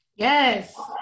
Yes